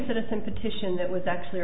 citizen petition that was actually